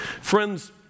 Friends